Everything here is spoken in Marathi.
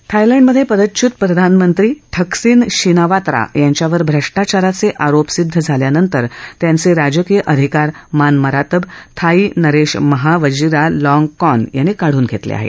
थायलंडमधे पदच्युत प्रधानमंत्री ठकसिन शिनावात्रा यांच्यावर भ्रष्टाचाराचे आरोप सिद्ध झाल्यानंतर त्यांचे राजकीय अधिकार मानमरातब थाई नरेश महा वजिरा लाँग कॉर्न यांनी काढून घेतलं आहेत